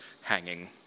hanging